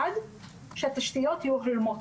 עד שהתשתיות יהיו הולמות,